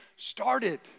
started